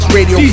Radio